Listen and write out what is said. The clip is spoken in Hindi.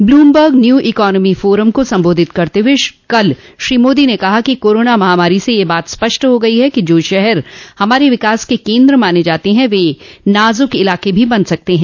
ब्लूमबर्ग न्यू इकोनॉमी फोरम को संबोधित करते हुए कल श्री मोदी ने कहा कि कोरोना महामारी से यह बात स्पष्ट हो गई है कि जो शहर हमारे विकास के केंद्र माने जाते हैं वे नाजूक इलाके भी बन सकते हैं